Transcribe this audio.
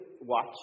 watch